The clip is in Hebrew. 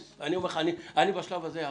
אני בשלב הזה אעצור.